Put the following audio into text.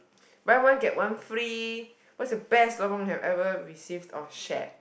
buy one get one free what's the best lobang had ever received or shared